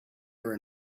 were